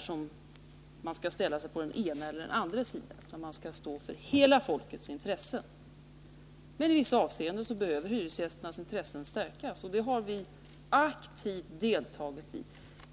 så att man kan ställa sig på den ena eller den andra sidan. Man skall tillvarata hela folkets intressen. I vissa avseenden behöver hyresgästernas intressen tillvaratas bättre. Här har vi också aktivt deltagit och